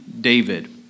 David